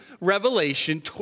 Revelation